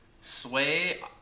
sway